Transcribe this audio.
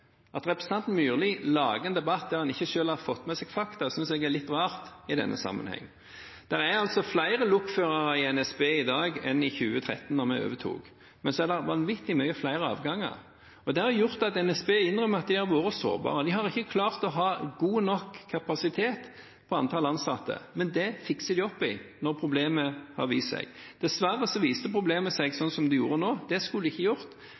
At representanten Myrli lager en debatt når han selv ikke har fått med seg fakta, synes jeg er litt rart i denne sammenhengen. Det er flere lokførere i NSB i dag enn i 2013, da vi overtok. Men det er altså vanvittig mange flere avganger, og det har gjort at NSBs har måttet innrømme at de har vært sårbare. De har ikke klart å ha god nok kapasitet med tanke på antall ansatte, men det fikser de opp i når problemet har vist seg. Dessverre viste problemet seg slik som det har gjort nå. Det skulle det ikke gjort.